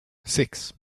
six